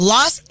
Los